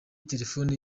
telefone